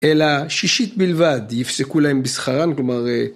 אלא שישית בלבד. יפסקו להן בשכרן, כלומר...